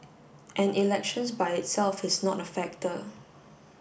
and elections by itself is not a factor